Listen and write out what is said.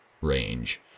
range